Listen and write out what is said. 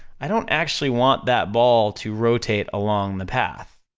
i don't actually want that ball to rotate along the path,